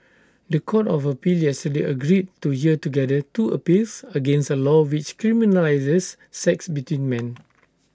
The Court of appeal yesterday agreed to hear together two appeals against A law which criminalises sex between men